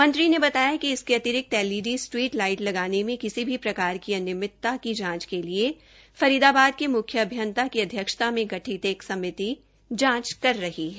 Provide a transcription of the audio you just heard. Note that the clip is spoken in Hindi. मंत्री ने बताया कि इसके अतिरिक्त एलईडी स्ट्रीट लाइट लगाने मे किसी भी प्रकार की अनियमितता की जांच के लिए फरीदाबाद को मुख्य अभियंता की अध्यक्षता मे गठित एक समिति जांच कर रही है